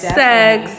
sex